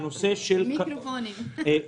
מיקרופונים.